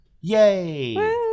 Yay